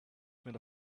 made